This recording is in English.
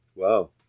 Wow